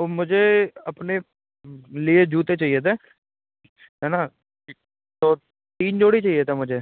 वह मुझे अपने लिए जूते चाहिए थे है ना तो तीन जोड़ी चाहिए थे मुझे